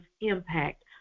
impact